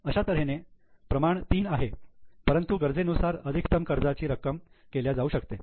अशा तऱ्हेने प्रमाण 3 आहे परंतु गरजेनुसार अधिकतम कर्जाची रक्कम केल्या जाऊ शकते